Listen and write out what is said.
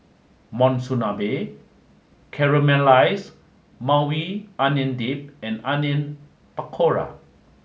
Monsunabe Caramelized Maui Onion Dip and Onion Pakora